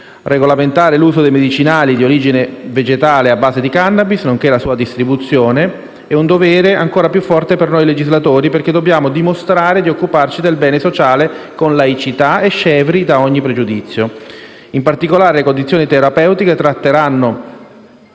Regolamentare l'uso dei medicinali di origine vegetale a base di *cannabis* - nonché la sua distribuzione - è un dovere ancora più forte per noi legislatori perché dobbiamo dimostrare di occuparci del bene sociale con laicità e scevri da ogni pregiudizio. In particolare, le condizioni terapeutiche tratteranno